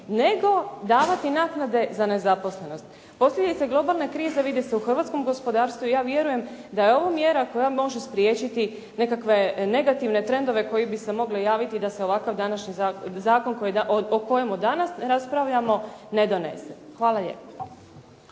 nego davati naknade za nezaposlenost. Posljedica globalne krize vidi se u hrvatskom gospodarstvu i ja vjerujem da je ovo mjera koja može spriječiti nekakve negativne trendove koji bi se mogli javiti da se ovakav današnji zakon o kojemu danas raspravljamo ne donese. Hvala lijepo.